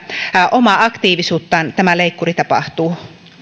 omaa aktiivisuuttaan tämä leikkuri tapahtuu